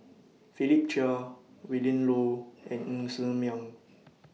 Philip Chia Willin Low and Ng Ser Miang